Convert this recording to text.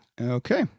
Okay